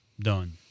done